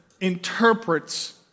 interprets